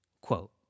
Quote